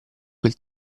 quel